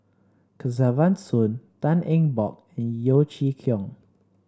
Kesavan Soon Tan Eng Bock and Yeo Chee Kiong